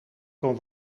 kon